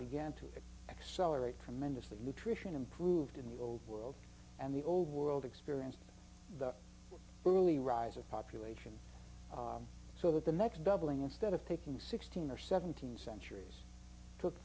began to accelerate tremendously nutrition improved in the old world and the old world experienced the early riser population so that the next doubling instead of taking sixteen or seventeen centuries took